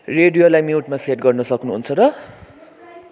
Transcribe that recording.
रोडियोलाई म्युटमा सेट गर्न सक्नुहुन्छ र